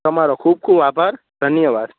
તમારો ખૂબ ખૂબ આભાર ધન્યવાદ